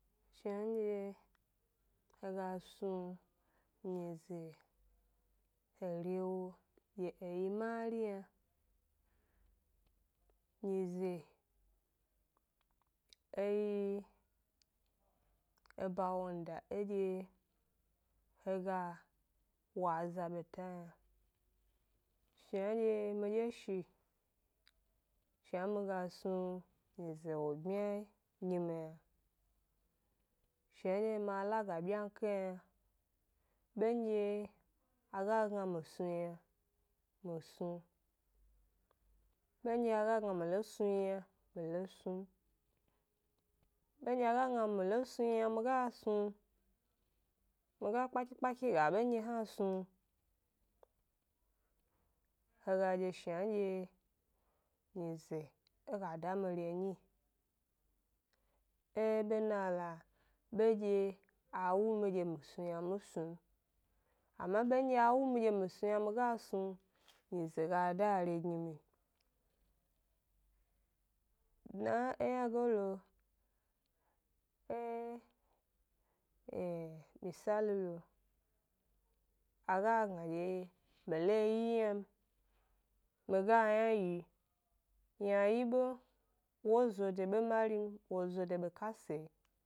Shnandye he ga snu nize, he re wo ge e yi mari yna, nyize e yi eba wonda edye he ga wo aza beta shnandye midye shi shna mi ga snu nyize wo bmya gi mi yna, shna ma laga byiyanke yna, bendye a ga gna mi snu yna mi snu, bendye a ga gna mi lo snu m, mi lo snu m, bendye a ga gna mi lo snu m yna mi ga snu m, mi ga kpaki-kpaki ga bendye hna snu, he ga dye shnadye nyize e ga da mi re m nyi, e bena loa, bendye a wu mi dye mi snu yna mi lo snu, ama bendye a wu mi dye mi snu yna mi ga snu nyize ga da re gi mi. Dna e ynage lo, misali lo, a ga gna dye mi lo wyi yna m, mi ga yna wyi, ynawyi be wo zo ede be mari m, wo zo de be kasa yi.